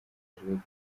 gutunganya